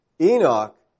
Enoch